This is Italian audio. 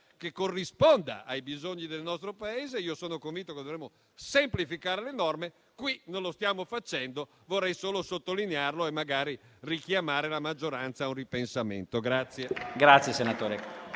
che corrisponda ai bisogni del nostro Paese. Io sono convinto che dovremmo semplificare le norme e qui non lo stiamo facendo. Vorrei solo sottolinearlo e magari richiamare la maggioranza a un ripensamento.